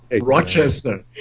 Rochester